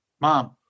mom